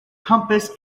compass